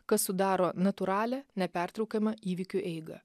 kas sudaro natūralią nepertraukiamą įvykių eigą